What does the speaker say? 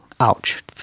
Ouch